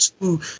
Two